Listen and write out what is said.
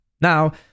now